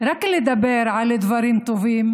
לדבר רק על דברים טובים,